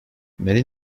many